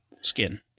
skin